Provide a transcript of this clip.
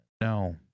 no